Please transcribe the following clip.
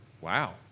wow